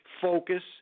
focus